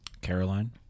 Caroline